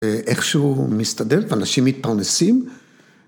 ‫איכשהו הוא מסתדר ‫ואנשים מתפרנסים.